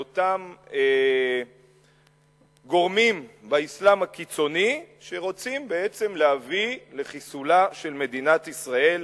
לאותם גורמים באסלאם הקיצוני שרוצים בעצם להביא לחיסולה של מדינת ישראל.